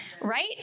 right